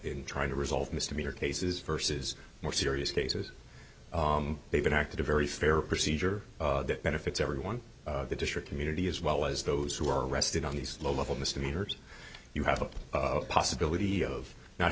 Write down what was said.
in trying to resolve misdemeanor cases verses more serious cases they've been acted a very fair procedure that benefits everyone the district community as well as those who are arrested on these low level misdemeanors you have a possibility of not